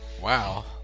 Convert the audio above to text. Wow